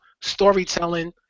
storytelling